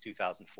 2004